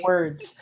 Words